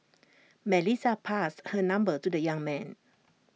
Melissa passed her number to the young man